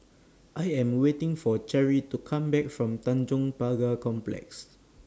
I Am waiting For Cheri to Come Back from Tanjong Pagar Complex